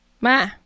Ma